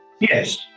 Yes